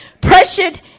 pressured